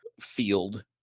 field